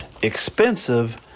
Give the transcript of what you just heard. expensive